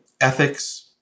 ethics